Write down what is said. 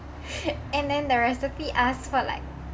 and then the recipe ask for like